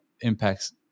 impacts